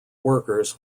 workers